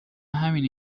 همینه